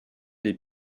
les